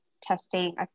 testing